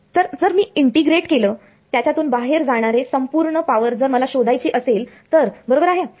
तर जर मी इंटिग्रेट केलं त्याच्यातून बाहेर जाणारे संपूर्ण पावर जर मला शोधायची असेल तर बरोबर आहे